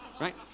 right